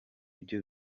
byo